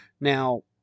Now